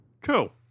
Cool